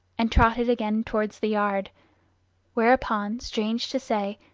and trotted again towards the yard whereupon, strange to say,